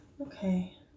Okay